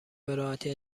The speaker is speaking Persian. براحتی